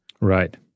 Right